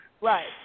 right